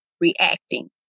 reacting